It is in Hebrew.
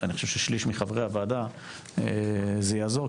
אני חושב ששליש מחברי הוועדה זה יעזור,